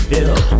Bill